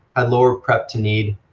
had lower prep-to-need